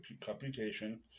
computation